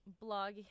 blog